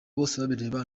bosebabireba